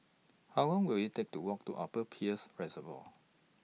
How Long Will IT Take to Walk to Upper Peirce Reservoir